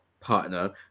partner